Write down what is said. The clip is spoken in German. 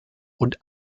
und